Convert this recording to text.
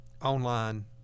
Online